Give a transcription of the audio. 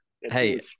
Hey